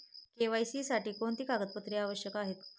KYC साठी कोणती कागदपत्रे आवश्यक आहेत?